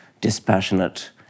dispassionate